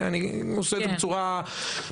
אני עושה את זה בצורה פשטנית.